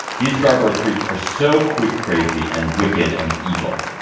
these scarbro treats are so quick, crazy and wicked and evil,